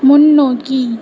முன்னோக்கி